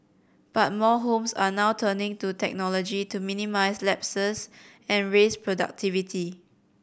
but more homes are now turning to technology to minimise lapses and raise productivity